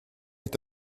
est